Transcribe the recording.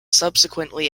subsequently